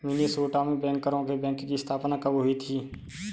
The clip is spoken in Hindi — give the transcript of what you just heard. मिनेसोटा में बैंकरों के बैंक की स्थापना कब हुई थी?